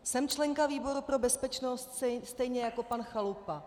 Jsem členkou výboru pro bezpečnost stejně jako pan Chalupa.